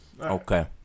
Okay